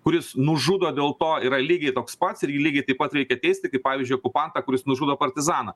kuris nužudo dėl to yra lygiai toks pats ir jį lygiai taip pat reikia teisti kaip pavyzdžiui okupantą kuris nužudo partizaną